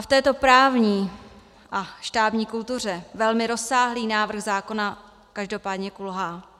A v této právní a štábní kultuře velmi rozsáhlý návrh zákona každopádně kulhá.